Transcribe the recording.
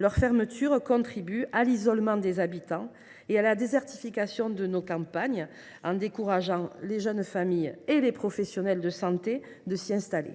d’officines contribuent à l’isolement des habitants et à la désertification de nos campagnes, en décourageant les jeunes familles et les professionnels de santé de s’y installer.